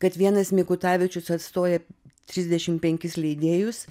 kad vienas mikutavičius atstoja trisdešimt penkis leidėjus